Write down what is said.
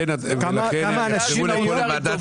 כמה אנשים היום מעסיקים --- ולכן הם